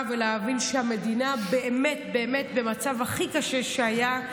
ולהבין שהמדינה באמת באמת במצב הכי קשה שהיה,